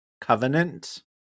Covenant